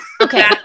Okay